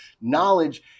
knowledge